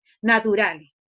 naturales